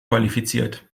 qualifiziert